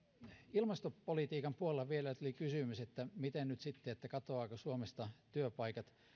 ilmastopolitiikan puolella tuli vielä kysymys että miten nyt sitten katoavatko suomesta työpaikat